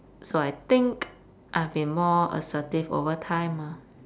so I think I have been more assertive over time ah